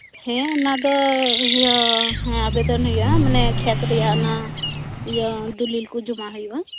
ᱦᱮᱸ ᱚᱱᱟ ᱫᱚ ᱤᱭᱟᱹ ᱦᱮᱸ ᱟᱵᱮᱫᱚᱱ ᱦᱩᱭᱩᱜᱼᱟ ᱢᱟᱱᱮ ᱠᱷᱮᱛ ᱨᱮᱭᱟᱜ ᱚᱱᱟ ᱤᱭᱟᱹ ᱫᱩᱞᱤᱞ ᱠᱚ ᱡᱚᱢᱟ ᱦᱤᱩᱭᱩᱜᱼᱟ